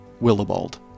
Willibald